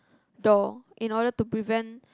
door in order to prevent